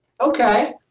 Okay